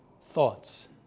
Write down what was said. thoughts